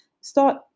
start